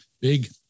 big